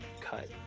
cut